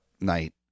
night